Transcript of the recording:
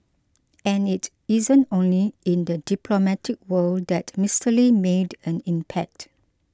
and it isn't only in the diplomatic world that Mister Lee made an impact